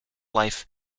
life